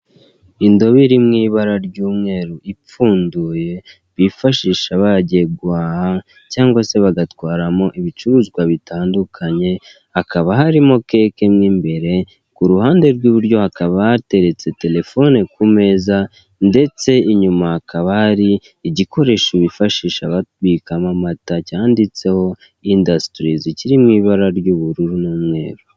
Indobo iri mu ibara ry'umweru ipfunduye bifashisha bagiye guhaha cyangwa se bagatwaramo ibicuruzwa bitandukanye hakaba harimo keke mo imbere ku ruhande rw'iburyo hakaba hateretse terefone ku meza ndetse inyuma hakaba hari igikoresho bifashisha babikamo amata cyanditseho industries kiri mu ibara ry'ubururu n'umweru.